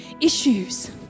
issues